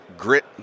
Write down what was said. grit